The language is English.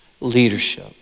leadership